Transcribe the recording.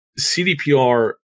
CDPR